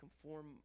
conform